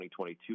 2022